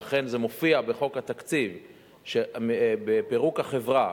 ואכן מופיע בחוק התקציב שבפירוק החברה,